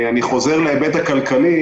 אני חוזר להיבט הכלכלי